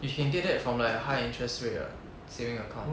you can get it from like a high interest rate ah saving account